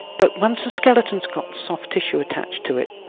but once a skeleton has got soft tissue attached to it,